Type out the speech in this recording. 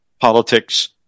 politics